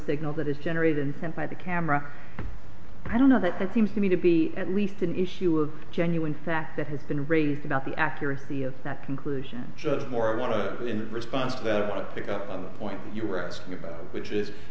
signal that is generated and sent by the camera i don't know that that seems to me to be at least an issue of genuine fact that has been raised about the accuracy of that conclusion just more i want to in response to pick up on the point you were asking about which is